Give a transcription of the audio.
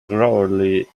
gravely